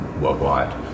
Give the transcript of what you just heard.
worldwide